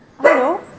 Hello